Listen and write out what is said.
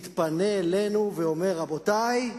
מתפנה אלינו ואומר: רבותי,